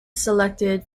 selected